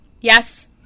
yes